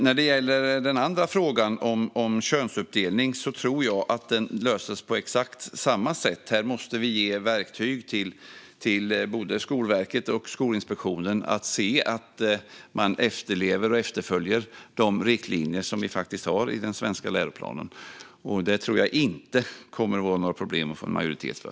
När det gäller frågan om könsuppdelning tror jag att den löses på exakt samma sätt. Här måste vi ge verktyg till både Skolverket och Skolinspektionen att se till att man efterlever och följer de riktlinjer som faktiskt finns i den svenska läroplanen. Det tror jag inte att det kommer att vara några problem att få majoritet för.